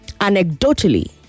anecdotally